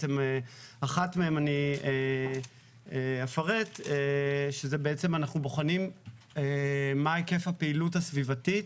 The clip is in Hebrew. אחת מהן אני אפרט שזה בעצם אנחנו בוחנים מה היקף הפעילות הסביבתית